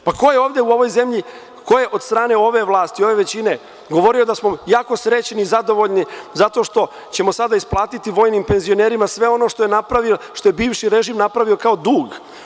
Pa, ko je ovde u ovoj zemlji, ko je od strane ove vlasti, ove većine govorio da smo jako srećni i zadovoljni zato što ćemo sada isplatiti vojnim penzionerima sve ono što je bivši režim napravio kao dug.